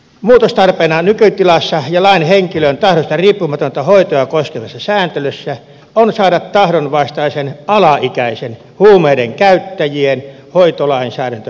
muutostarpeena nykytilassa ja lain henkilön tahdosta riippumatonta hoitoa koskevassa sääntelyssä on saada tahdonvastainen alaikäisten huumeidenkäyttäjien hoitolainsäädäntö maahamme